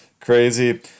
crazy